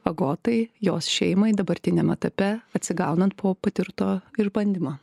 agotai jos šeimai dabartiniam etape atsigaunant po patirto išbandymo